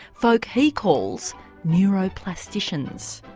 folk he calls neuroplasticians.